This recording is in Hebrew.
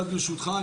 ברשותך,